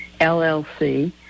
LLC